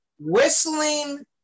whistling